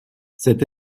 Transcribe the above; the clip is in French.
cette